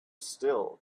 still